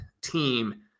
team